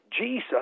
Jesus